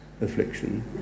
affliction